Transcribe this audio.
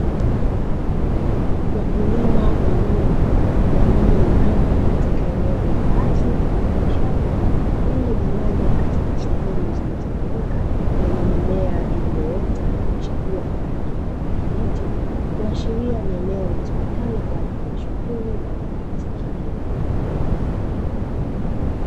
Wakulima wawili walioinama katija eneo la wazi mfano wa shamba, lililogawanywa katika safu zikizonyooka zenye mimea iliyoota na kuchipua kwa rangi ya kijani kibichi, kuashiria ni eneo litumikalo kwa ajili ya shughuli mbalimbali za kilimo.